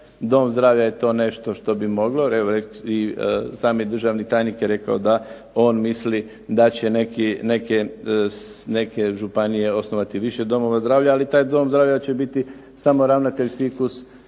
dom zdravlja je to nešto što bi moglo. Evo i sami državni tajnik je rekao da on misli da će neke županije osnovati više domova zdravlja, ali taj dom zdravlja će biti samo ravnatelj fikus,